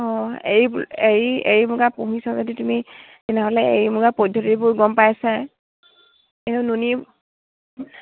অঁ এড়ী প এড়ী এড়ী মূগা পুহিছা যদি তুমি তেনেহ'লে এড়ী মূগাৰ পদ্ধতিবোৰ গম পাইছাই তে নুনী